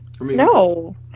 No